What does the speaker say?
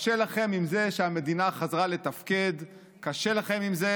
קשה לכם עם זה שהמדינה חזרה לתפקד, קשה לכם עם זה